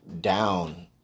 down